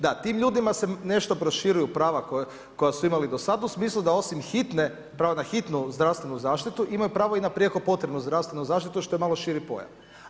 Da, tim ljudima se nešto proširuju prava koja su imali do sad u smislu da osim hitne, pravo na hitnu pravnu zaštitu imaju pravo i na prijeko potrebnu zdravstvenu zaštitu što je malo širi pojam.